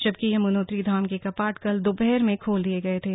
जबकि यमुनोत्री धाम के कपाट कल दोपहर में खोल दिए गए थे